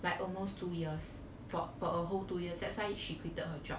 like almost two years for a whole two years that's why she quited her job